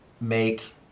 make